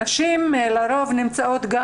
נשים נמצאות לרוב